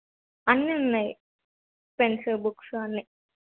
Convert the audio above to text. అన్నీ ఉన్నాయి pens books అన్నీ